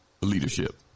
leadership